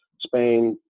Spain